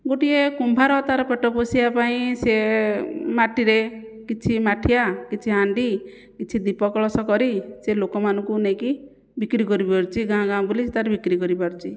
ଗୋଟିଏ କୁମ୍ଭାର ତା'ର ପେଟ ପୋଷିବା ପାଇଁ ସିଏ ମାଟିରେ କିଛି ମାଠିଆ କିଛି ହାଣ୍ଡି କିଛି ଦୀପ କଳସ କରି ସେ ଲୋକମାନଙ୍କୁ ନେଇକି ବିକ୍ରି କରିପାରୁଛି ଗାଁ ଗାଁ ବୁଲି ସେ ତା'ର ବିକ୍ରି କରିପାରୁଛି